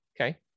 Okay